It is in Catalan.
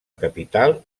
capital